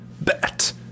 bet